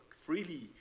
Freely